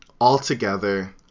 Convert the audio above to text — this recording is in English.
Altogether